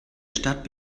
stadt